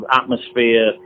atmosphere